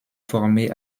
formé